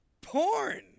Porn